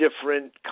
different